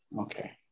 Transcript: Okay